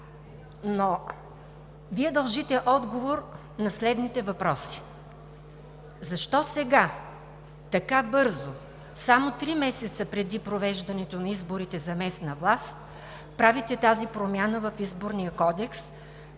Но Вие дължите отговор на следните въпроси: защо сега така бързо, само три месеца преди провеждането на изборите за местна власт, правите тази промяна в Изборния кодекс